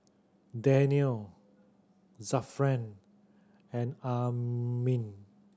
Daniel Zafran and Amrin